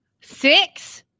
six